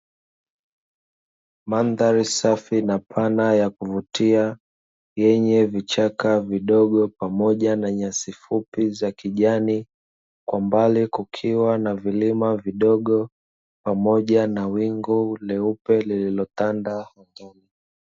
Mandhari safi na pana yenye yakuvutia yenye vichaka vidogo pamoja na nyasi fupi za kijani, kwa mbali kukiwa na vilima vidogo pamoja na wingu leupe lililotanda kwa juu .